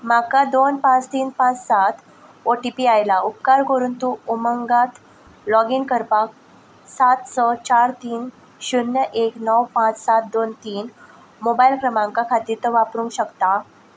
म्हाका दोन पांच तीन पांच सात ओ टी पी आयला उपकार करून तूं उमंगात लॉगीन करपाक सात स चार तीन शुन्य एक णव पांच सात दोन तीन मोबायल क्रमांका खातीर तो वापरूंक शकता